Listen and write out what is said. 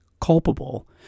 culpable